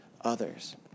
others